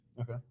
okay